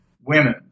women